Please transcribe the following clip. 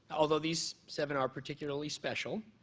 although these seven are particularly special.